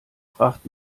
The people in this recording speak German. fragt